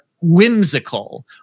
whimsical